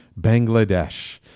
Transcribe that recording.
Bangladesh